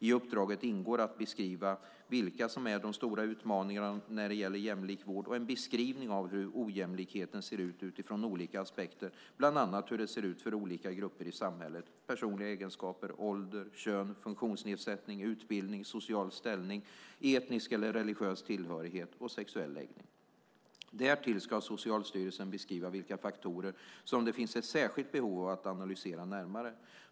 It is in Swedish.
I uppdraget ingår att beskriva vilka som är de stora utmaningarna när det gäller en jämlik vård och en beskrivning av hur ojämlikheten ser ut utifrån olika aspekter, bland annat hur det ser ut för olika grupper i samhället, personliga egenskaper, ålder, kön, funktionsnedsättning, utbildning, social ställning, etnisk eller religiös tillhörighet och sexuell läggning. Därtill ska Socialstyrelsen beskriva vilka faktorer som det finns ett särskilt behov av att analysera närmare.